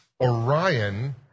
Orion